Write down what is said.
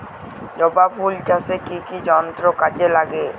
জবা ফুল চাষে কি কি যন্ত্র কাজে লাগে?